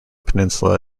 peninsula